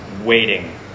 waiting